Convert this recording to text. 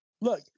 Look